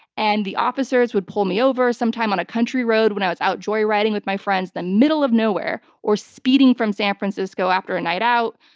and the officers would pull me over sometime on a country road when i was out joy-riding with my friends in the middle of nowhere, or speeding from san francisco after a night out,